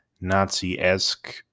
Nazi-esque